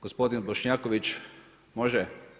Gospodin Bošnjaković, može?